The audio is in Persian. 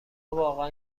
واقعا